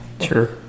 sure